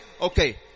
okay